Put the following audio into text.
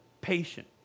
patient